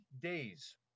days